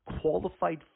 qualified